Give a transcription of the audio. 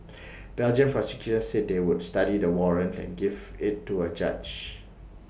Belgian prosecutors said they would study the warrant and give IT to A judge